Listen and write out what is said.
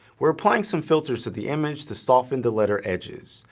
we're applying some filters to the image to soften the letter edges,